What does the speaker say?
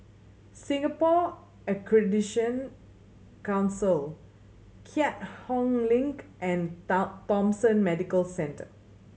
Singapore Accreditation Council Keat Hong Link and Thomson Medical Centre